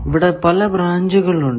ഇവിടെ പല ബ്രാഞ്ചുകൾ ഉണ്ട്